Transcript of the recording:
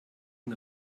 den